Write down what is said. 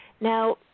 Now